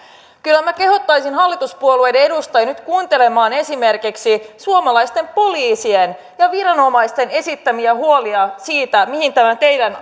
kyllä minä kehottaisin hallituspuolueiden edustajia nyt kuuntelemaan esimerkiksi suomalaisten poliisien ja viranomaisten esittämiä huolia siitä mihin tämä teidän